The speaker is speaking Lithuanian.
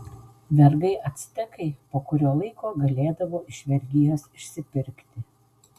vergai actekai po kurio laiko galėdavo iš vergijos išsipirkti